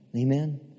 Amen